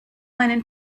einen